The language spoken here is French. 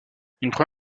première